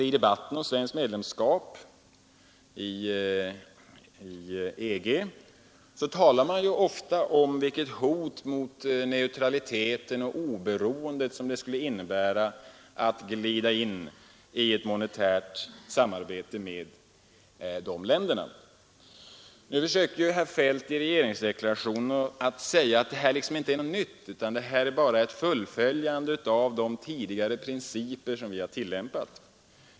I debatten om svenkt medlemskap i EG talade man ofta om vilket hot mot neutraliteten och oberoendet det skulle innebära att glida in i ett monetärt samarbete med dessa länder. I regeringsdeklarationen försöker nu herr Feldt hävda att detta inte är något nytt utan bara ett fullföljande av de principer som tidigare tillämpats.